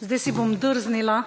Zdaj si bom drznila